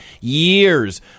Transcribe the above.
years